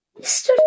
Mr